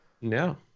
No